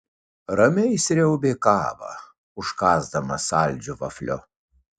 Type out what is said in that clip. ramiai sriaubė kavą užkąsdamas saldžiu vafliu